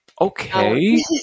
Okay